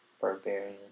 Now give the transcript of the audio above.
barbarian